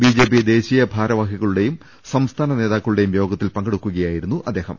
BJP ദേശീയ ഭാരവാഹികളുടെയും സംസ്ഥാന നേതാക്കളുടേയും യോഗത്തിൽ പങ്കെടുക്കുകയായിരുന്നു അദ്ദേഹം